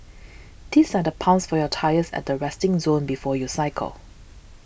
theis are pumps for your tyres at the resting zone before you cycle